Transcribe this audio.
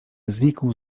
znikł